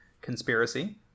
conspiracy